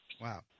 Wow